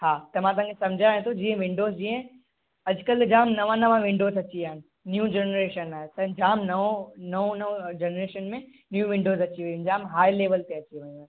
हा त मां तव्हां खे समुझायां थो विंडोस जीअं अॼु कल्ह जामु नवां नवां विंडोस अची विया आहिनि न्यू जनरेशन आहे त जामु नओं नओं नओं जनरेशन में न्यू विंडोस अची वयूं आहिनि जामु हाए लेवल ते अची वयूं आहिनि